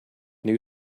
new